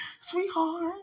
Sweetheart